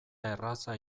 erraza